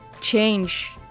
change